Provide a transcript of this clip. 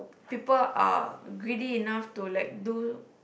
people are greedy enough to like do